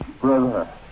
brother